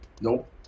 Nope